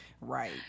Right